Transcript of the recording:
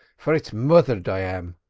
for it's moithered i am.